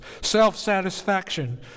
self-satisfaction